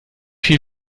viel